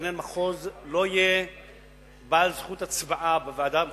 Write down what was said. שמתכנן מחוז לא יהיה בעל זכות הצבעה בוועדה המחוזית,